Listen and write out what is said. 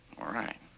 all right,